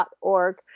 org